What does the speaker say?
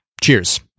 Cheers